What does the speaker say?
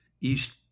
east